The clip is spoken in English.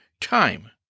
time